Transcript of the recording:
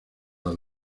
las